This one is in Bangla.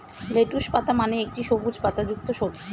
লেটুস পাতা মানে একটি সবুজ পাতাযুক্ত সবজি